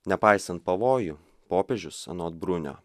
nepaisant pavojų popiežius anot brunio